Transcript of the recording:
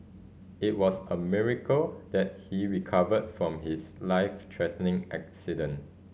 it was a miracle that he recovered from his life threatening accident